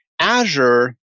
Azure